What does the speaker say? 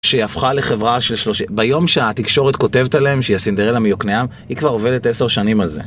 שהפכה לחברה של שלושי... ביום שהתקשורת כותבת עליהם, שהיא הסינדרלה מיוקנעם, היא כבר עובדת עשר שנים על זה.